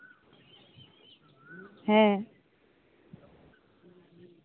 ᱦᱮᱸ